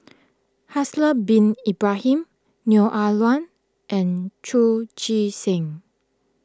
Haslir Bin Ibrahim Neo Ah Luan and Chu Chee Seng